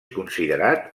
considerat